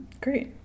Great